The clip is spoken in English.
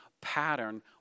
pattern